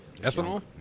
Ethanol